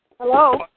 Hello